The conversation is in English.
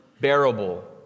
bearable